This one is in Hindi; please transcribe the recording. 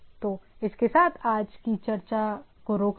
तो इसके साथ ही आज की चर्चा को रोकते हैं